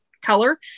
color